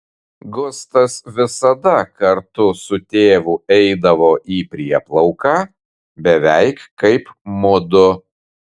gustas visada kartu su tėvu eidavo į prieplauką beveik kaip mudu